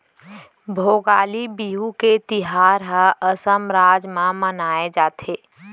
भोगाली बिहू के तिहार ल असम राज म मनाए जाथे